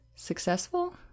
Successful